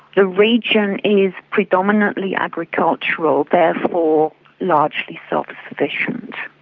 the region is predominantly agricultural, therefore largely self-sufficient.